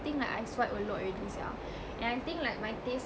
think I swipe a lot already sia and I think like my taste